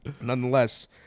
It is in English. nonetheless